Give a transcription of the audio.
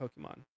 Pokemon